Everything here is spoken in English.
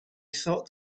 thought